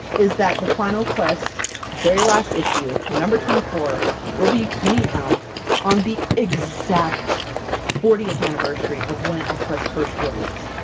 is that the final quest very last issue, number twenty four will be coming out on the exact fortieth anniversary of when elfquest first released!